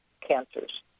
cancers